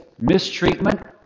mistreatment